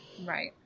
Right